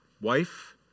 wife